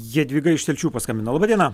jadvyga iš telšių paskambino laba diena